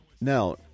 Now